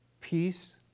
peace